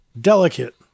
Delicate